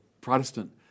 Protestant